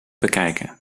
bekijken